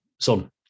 Son